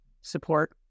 support